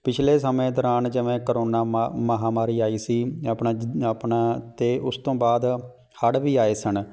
ਪਿਛਲੇ ਸਮੇਂ ਦੌਰਾਨ ਜਿਵੇਂ ਕਰੋਨਾ ਮਾ ਮਹਾਂਮਾਰੀ ਆਈ ਸੀ ਆਪਣਾ ਜਿ ਆਪਣਾ ਅਤੇ ਉਸ ਤੋਂ ਬਾਅਦ ਹੜ੍ਹ ਵੀ ਆਏ ਸਨ